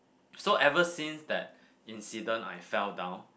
so ever since that incident I fell down